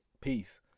Peace